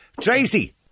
Tracy